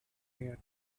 here